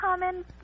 common